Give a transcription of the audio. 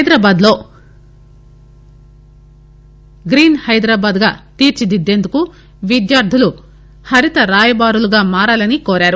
హైదరాబాద్లో గ్రీన్ మైదరాబాద్గా తీర్చిదిద్దేందుకు విద్యార్దులు హరిత రాయబారులుగా మారాలని కోరారు